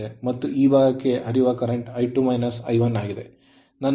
ಮತ್ತು ಈ ಭಾಗಕ್ಕೆ ಇದು I2 I1 ಆಗಿದೆ